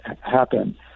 happen